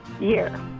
year